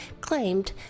claimed